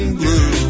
blue